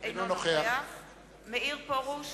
אינו נוכח מאיר פרוש